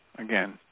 Again